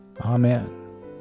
Amen